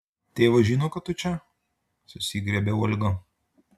tėvas žino kad tu čia susigriebia olga